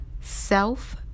Self